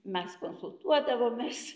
mes konsultuodavomės